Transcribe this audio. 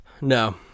No